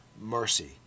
mercy